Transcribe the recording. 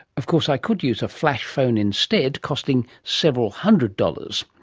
of course, i could use a flash phone instead costing several hundred dollars.